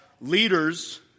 leaders